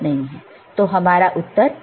तो हमारा उत्तर 1 1 1 0 है